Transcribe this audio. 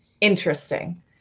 interesting